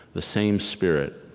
the same spirit,